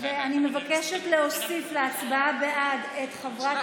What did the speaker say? אני מבקשת להוסיף להצבעה בעד את חברת